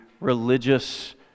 religious